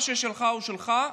מה ששלך הוא שלך.